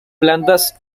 plantas